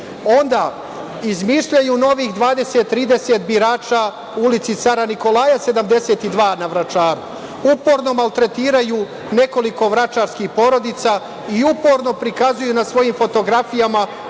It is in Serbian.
Onda, izmišljaju novih 20, 30 birača u ulici Cara Nikolaja 72 na Vračaru. Uporno maltretiraju nekoliko vračarskih porodica i uporno prikazuju na svojim fotografijama